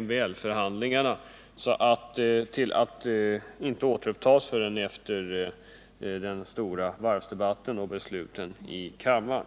MBL förhandlingarna ajournerats till tiden efter den stora varvsdebatten och besluten här i kammaren.